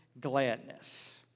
gladness